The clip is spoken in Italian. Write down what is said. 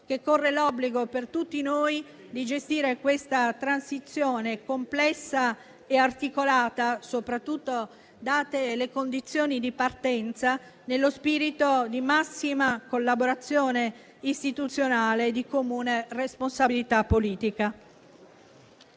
che corre l'obbligo per tutti noi di gestire questa transizione, complessa e articolata, date soprattutto le condizioni di partenza, nello spirito di massima collaborazione istituzionale e di comune responsabilità politica.